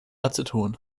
aceton